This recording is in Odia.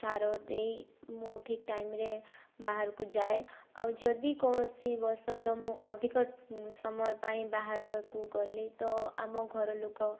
ସାର ଦେଇ ମୁଁ ଠିକ୍ ଟାଇମ୍ ରେ ବାହାରକୁ ଯାଏ ଆଉ ଯଦି କୌଣସି ବଶତଃ ମୁଁ ଅଧିକ ସମୟ ପାଇଁ ବାହାରକୁ ଗଲି ତ ଆମ ଘରଲୋକ